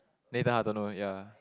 Nathan-Hartono ya